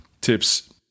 Tips